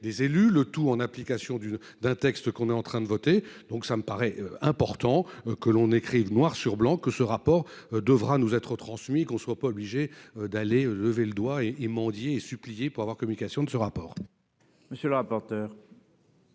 le tout en application d'une d'un texte qu'on est en train de voter, donc ça me paraît important que l'on écrive noir sur blanc que ce rapport devra nous être transmis qu'on soit pas obligé d'aller lever le doigt et et mendier supplier pour avoir communication de ce rapport. Monsieur le rapporteur.